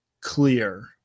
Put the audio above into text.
clear